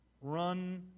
Run